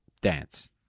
dance